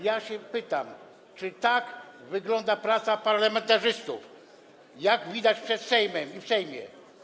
I pytam: Czy tak wygląda praca parlamentarzystów, jak widać przed Sejmem i w Sejmie?